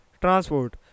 transport